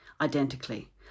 identically